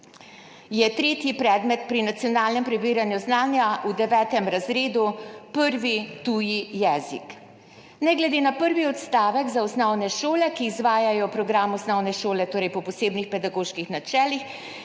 je tretji predmet pri nacionalnem preverjanju znanja v 9. razredu prvi tuji jezik. Ne glede na prvi odstavek za osnovne šole, ki izvajajo program osnovne šole po posebnih pedagoških načelih,